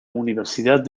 universidad